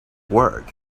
work